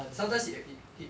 sometimes you will it it